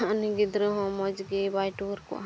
ᱩᱱᱤ ᱜᱤᱫᱽᱨᱟᱹ ᱦᱚᱸ ᱢᱚᱡᱽ ᱜᱮ ᱵᱟᱭ ᱴᱩᱣᱟᱹᱨ ᱠᱚᱜᱼᱟ